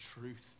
truth